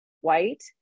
white